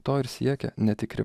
to ir siekia netikri